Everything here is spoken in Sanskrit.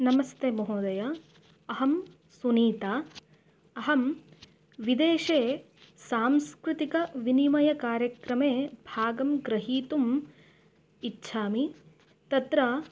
नमस्ते महोदया अहं सुनीता अहं विदेशे सांस्कृतिकविनिमयकार्यक्रमे भागं ग्रहीतुम् इच्छामि तत्र